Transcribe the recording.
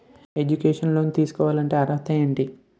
Educational loan తీసుకోవాలంటే అర్హత ఏంటి?